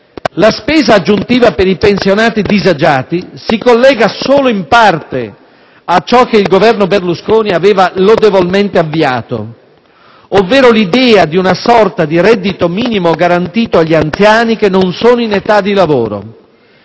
la spesa aggiuntiva per i pensionati disagiati si collega solo in parte a ciò che il Governo Berlusconi aveva lodevolmente avviato, ovvero l'idea di una sorta di reddito minimo garantito agli anziani che non sono in età di lavoro,